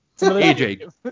AJ